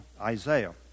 Isaiah